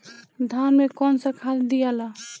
धान मे कौन सा खाद दियाला?